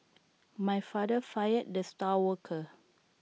my father fired the star worker